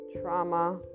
trauma